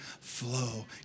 flow